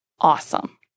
awesome